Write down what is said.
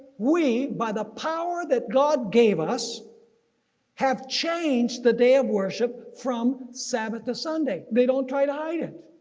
we by the power that god gave us have changed the day of worship from sabbath to sunday. they don't try to hide it.